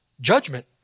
judgment